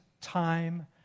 time